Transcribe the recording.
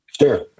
Sure